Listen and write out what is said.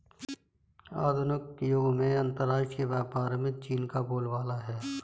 आधुनिक युग में अंतरराष्ट्रीय व्यापार में चीन का बोलबाला है